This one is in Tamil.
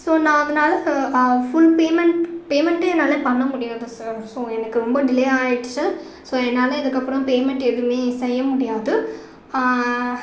ஸோ நான் அதனால ஃபுல் பேமெண்ட் பேமெண்ட்டே என்னால் பண்ண முடியாது சார் ஸோ எனக்கு ரொம்ப டிலே ஆகிடுச்சி ஸோ என்னால் இதுக்கப்புறம் பேமெண்ட் எதுவுமே செய்ய முடியாது